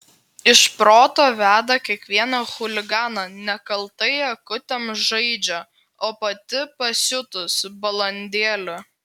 iš proto veda kiekvieną chuliganą nekaltai akutėm žaidžia o pati pasiutus balandėlė